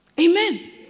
Amen